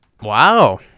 wow